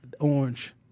orange